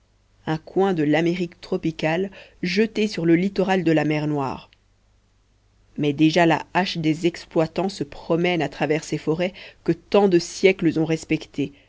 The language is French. un coin de l'amérique tropicale jeté sur le littoral de la mer noire mais déjà la hache des exploitants se promène à travers ces forêts que tant de siècles ont respectées